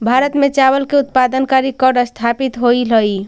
भारत में चावल के उत्पादन का रिकॉर्ड स्थापित होइल हई